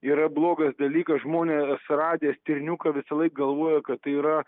yra blogas dalykas žmonės suradę stirniuką visąlaik galvoja kad tai yra